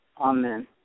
Amen